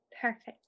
Perfect